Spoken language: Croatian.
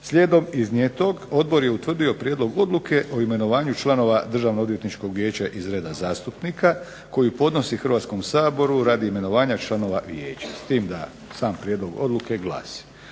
Slijedom iznijetog odbor je utvrdio prijedlog odluke o imenovanju članova Državnoodvjetničkog vijeća iz redova zastupnika koje podnosi Hrvatskom saboru radi imenovanja članova vijeća, s tim da sam prijedlog odluke glasi.